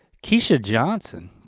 kaesha johnson.